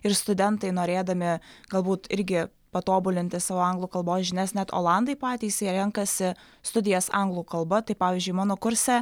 ir studentai norėdami galbūt irgi patobulinti savo anglų kalbos žinias net olandai patys jie renkasi studijas anglų kalba tai pavyzdžiui mano kurse